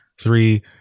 three